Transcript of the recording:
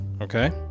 Okay